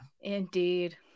Indeed